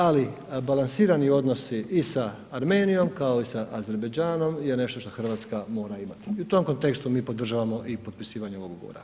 Ali balansirani odnosi i sa Armenijom kao i sa Azerbajdžanom je nešto što Hrvatska mora imati i u tom kontekstu mi podržavamo i potpisivanje ovog ugovora.